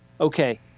Okay